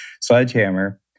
sledgehammer